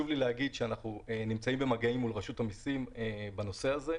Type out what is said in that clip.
אנחנו נמצאים במגעים מול רשות המיסים בנושא הזה,